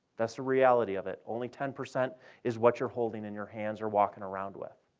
that's the reality of it. only ten percent is what you're holding in your hands or walking around with.